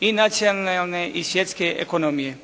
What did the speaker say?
i nacionalne i svjetske ekonomije.